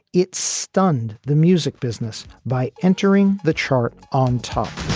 it stunned the music business by entering the chart on top